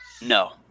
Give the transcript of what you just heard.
No